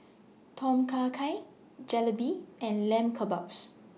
Tom Kha Gai Jalebi and Lamb Kebabs